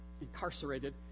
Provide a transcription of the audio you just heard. incarcerated